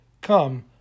Come